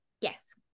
Yes